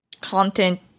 content